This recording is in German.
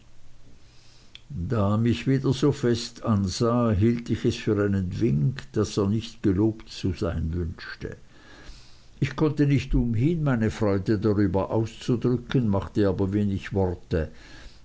da er mich wieder so fest ansah hielt ich es für einen wink daß er nicht gelobt zu sein wünschte ich konnte nicht umhin meine freude darüber auszudrücken machte aber wenig worte